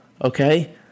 okay